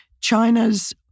China's